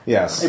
Yes